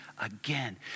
again